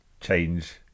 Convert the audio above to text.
change